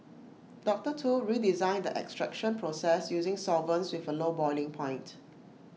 doctor Tu redesigned the extraction process using solvents with A low boiling point